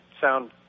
sound